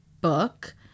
book